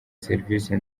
serivisi